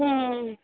হুম